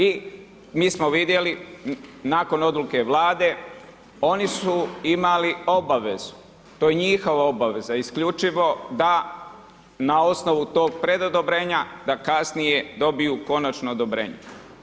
I mi smo vidjeli nakon odluke Vlade, oni su imali obavezu, to je njihova obaveza, isključivo da na osnovu tog pred odobrenja, da kasnije dobiju konačno odobrenje.